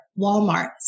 Walmart